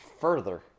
further